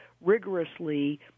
rigorously